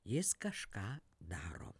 jis kažką daro